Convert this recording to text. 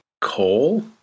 Coal